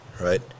right